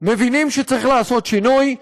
מבינים שצריך לעשות שינוי,